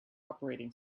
operating